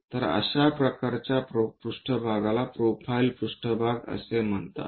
तर अशा प्रकारच्या पृष्ठभागाला प्रोफाइल पृष्ठभाग असे म्हणतात